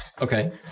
Okay